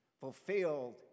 fulfilled